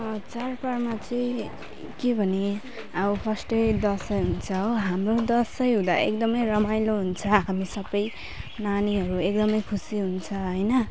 चाडबाडमा चाहिँ के भने अब फर्स्टै दसैँ हुन्छ हो हाम्रो दसैँ हुँदा एकदमै रमाइलो हुन्छ हामी सबै नानीहरू एकदमै खुसी हुन्छ होइन